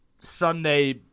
sunday